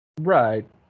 Right